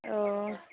अ